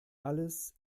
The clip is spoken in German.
alles